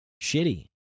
shitty